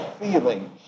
feelings